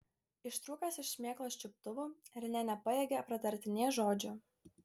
ištrūkęs iš šmėklos čiuptuvų renė nepajėgė pratarti nė žodžio